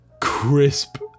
crisp